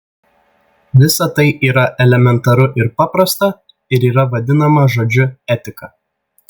visa tai yra elementaru ir paprasta ir yra vadinama žodžiu etika